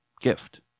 gift